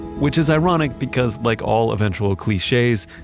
which is ironic because like all eventual cliches,